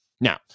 Now